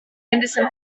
henderson